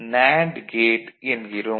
NAND goat என்கிறோம்